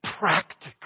practical